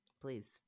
please